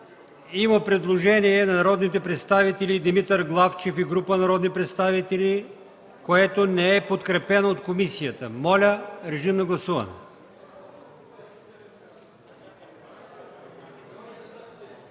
има предложение на народните представители Димитър Главчев и група народни представители, което не е подкрепено от комисията. Моля, гласувайте.